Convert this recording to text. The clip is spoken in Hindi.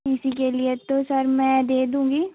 टी सी के लिए तो सर मैं दे दूँगी